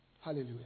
Hallelujah